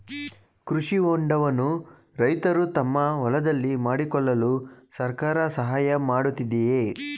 ಕೃಷಿ ಹೊಂಡವನ್ನು ರೈತರು ತಮ್ಮ ಹೊಲದಲ್ಲಿ ಮಾಡಿಕೊಳ್ಳಲು ಸರ್ಕಾರ ಸಹಾಯ ಮಾಡುತ್ತಿದೆಯೇ?